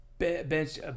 Bench